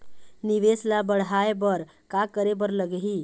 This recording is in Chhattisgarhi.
निवेश ला बड़हाए बर का करे बर लगही?